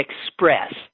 express